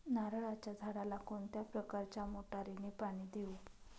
नारळाच्या झाडाला कोणत्या प्रकारच्या मोटारीने पाणी देऊ?